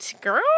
Girl